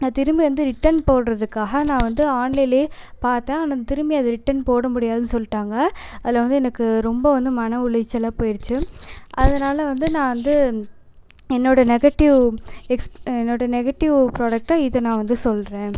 அது திரும்பி வந்து ரிட்டன் போடுகிறதுக்காக நான் வந்து ஆன்லைன்லியே பார்த்தேன் ஆனால் திரும்பி அதை ரிட்டன் போட முடியாதுனு சொல்லிட்டாங்க அதில் வந்து எனக்கு ரொம்ப வந்து மன உளைச்சலாக போயிடுச்சு அதனால் வந்து நான் வந்து என்னோடய நெகடிவ் எக்ஸ் என்னோடய நெகடிவ் ப்ராடக்ட்டாக இதை நான் வந்து சொல்கிறேன்